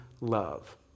love